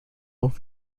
over